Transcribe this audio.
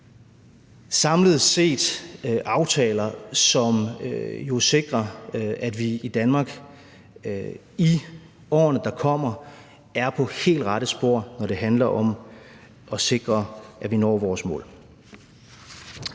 tale om aftaler, som sikrer, at vi i Danmark i årene, der kommer, er på helt rette spor, når det handler om at sikre, at vi når vores mål.